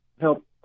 help